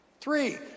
Three